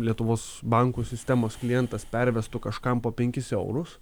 lietuvos bankų sistemos klientas pervestų kažkam po penkis eurus